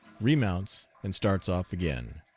remounts and starts off again.